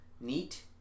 Neat